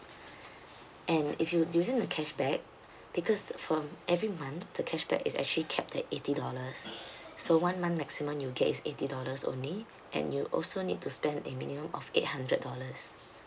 and if you using the cashback because from every month the cashback is actually capped at eighty dollars so one month maximum you get is eighty dollars only and you also need to spend a minimum of eight hundred dollars